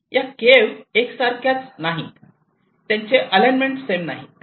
या केव्ह एकसारखेच नाहीत त्यांचे अलाइनमेंट सेम नाहीत